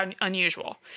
unusual